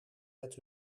met